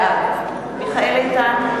בעד מיכאל איתן,